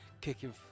kicking